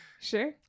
Sure